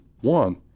one